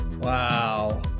wow